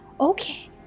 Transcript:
Okay